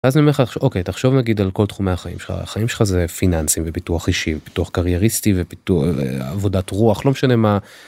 אז אני אומר לך אוקיי תחשוב נגיד על כל תחומי החיים שלך החיים שלך זה פיננסים ופיתוח אישי פיתוח קרייריסטי ופיתוח עבודת רוח לא משנה מה.